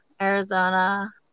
Arizona